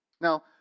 Now